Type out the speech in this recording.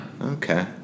Okay